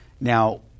Now